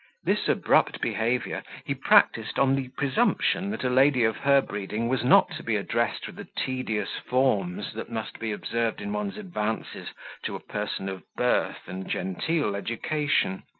this abrupt behaviour he practised on the presumption that a lady of her breeding was not to be addressed with the tedious forms that must be observed in one's advances to a person of birth and genteel education.